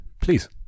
please